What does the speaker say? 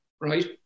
right